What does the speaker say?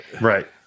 right